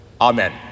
amen